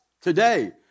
today